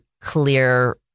clear